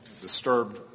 disturbed